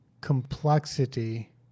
complexity